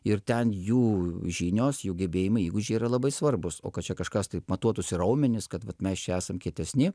ir ten jų žinios jų gebėjimai įgūdžiai yra labai svarbūs o kad čia kažkas tai matuotųsi raumenis kad vat mes čia esam kietesni